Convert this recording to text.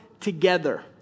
together